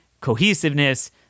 cohesiveness